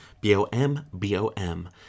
b-o-m-b-o-m